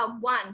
one